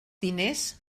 diners